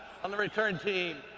on the return team,